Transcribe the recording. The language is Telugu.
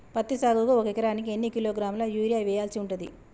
పత్తి సాగుకు ఒక ఎకరానికి ఎన్ని కిలోగ్రాముల యూరియా వెయ్యాల్సి ఉంటది?